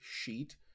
sheet